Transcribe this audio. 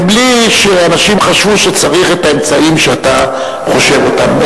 מבלי שאנשים חשבו שצריך את האמצעים שאתה חושב עליהם.